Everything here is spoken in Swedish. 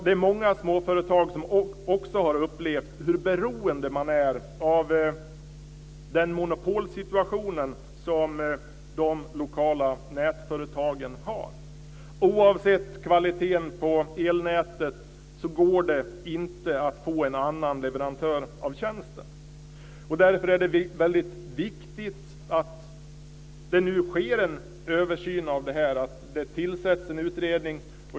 Det är många småföretag som också har upplevt hur beroende man är med tanke på den monopolsituation som de lokala nätföretagen har. Oavsett kvaliteten på elnätet går det inte att få en annan leverantör av tjänsten. Därför är det väldigt viktigt att det nu sker en översyn av det här och att det tillsätts en utredning.